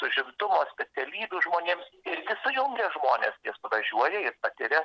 užimtumo specialybių žmonėms ir sujungia žmones jie suvažiuoja jie patiria